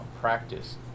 practice